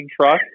truck